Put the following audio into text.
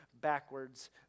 backwards